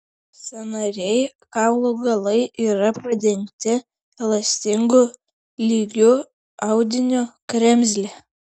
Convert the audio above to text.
sąnariniai kaulų galai yra padengti elastingu lygiu audiniu kremzle